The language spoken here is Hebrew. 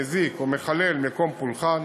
מזיק או מחלל מקום פולחן